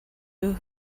who